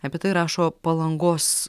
apie tai rašo palangos